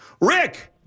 rick